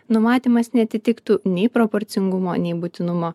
numatymas neatitiktų nei proporcingumo nei būtinumo